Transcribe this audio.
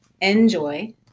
enjoy